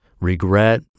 regret